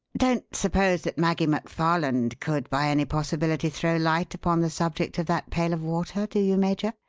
don't suppose that maggie mcfarland could by any possibility throw light upon the subject of that pail of water, do you, major?